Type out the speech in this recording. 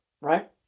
right